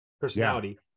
personality